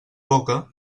boca